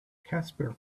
casper